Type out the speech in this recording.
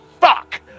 fuck